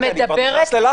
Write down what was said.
אני כבר נכנס ללחץ.